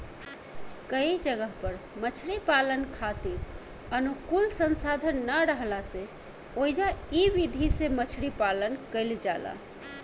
कई जगह पर मछरी पालन खातिर अनुकूल संसाधन ना राहला से ओइजा इ विधि से मछरी पालन कईल जाला